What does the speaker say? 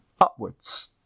upwards